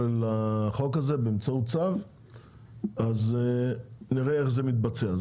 החוק הזה באמצעות צו ונראה איך זה מתבצע.